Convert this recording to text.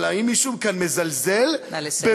אבל האם מישהו כאן מזלזל, נא לסיים, אדוני.